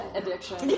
addiction